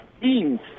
teams